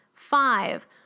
Five